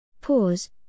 Pause